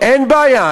אין בעיה.